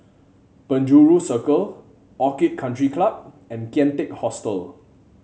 Penjuru Circle Orchid Country Club and Kian Teck Hostel